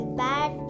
bad